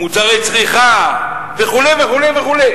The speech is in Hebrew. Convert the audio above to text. מוצרי צריכה וכו' וכו'.